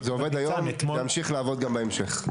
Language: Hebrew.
זה עובד היום, זה ימשיך לעבוד גם בהמשך.